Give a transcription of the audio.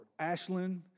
Ashlyn